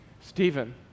Stephen